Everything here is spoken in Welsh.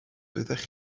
doeddech